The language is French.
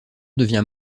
devient